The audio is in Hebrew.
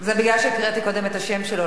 זה בגלל שהקראתי קודם את השם שלו,